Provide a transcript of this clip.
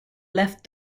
left